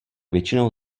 většinou